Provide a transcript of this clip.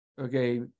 okay